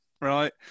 right